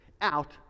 out